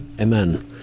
Amen